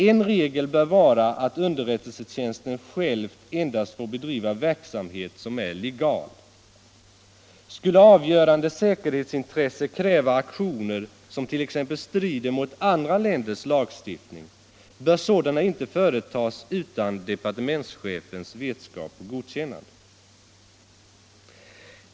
En regel bör vara att underrättelsetjänsten själv endast får bedriva verksamhet som är legal. Skulle avgörande säkerhetsintresse kräva aktioner som t.ex. strider mot andra länders lagstiftning bör sådana inte få företas utan departementschefens vetskap och godkännande.